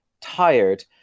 tired